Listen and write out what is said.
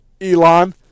Elon